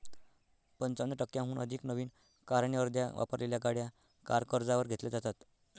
पंचावन्न टक्क्यांहून अधिक नवीन कार आणि अर्ध्या वापरलेल्या गाड्या कार कर्जावर घेतल्या जातात